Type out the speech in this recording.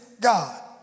God